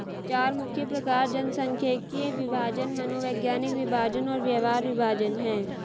चार मुख्य प्रकार जनसांख्यिकीय विभाजन, मनोवैज्ञानिक विभाजन और व्यवहार विभाजन हैं